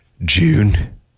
June